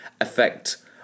affect